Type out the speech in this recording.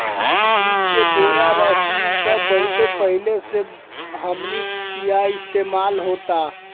जुट के बोरा, रस्सी इ सब बहुत पहिले से हमनी किहा इस्तेमाल होता